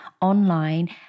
online